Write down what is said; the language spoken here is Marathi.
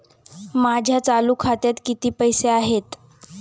माझ्या चालू खात्यात किती पैसे आहेत?